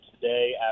today